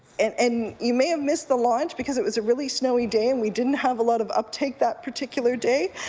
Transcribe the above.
and and you may have missed the launch because it was a really snowy day and we didn't have a lot of uptick that particular day